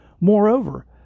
Moreover